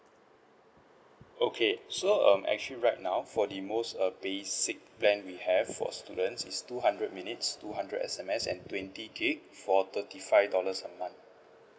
okay so um actually right now for the most err basic plan we have for students is two hundred minutes two hundred S_M_S and twenty gigabyte for thirty five dollars a month